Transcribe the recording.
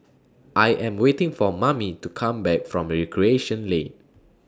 I Am waiting For Mamie to Come Back from Recreation Lane